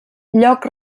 lloc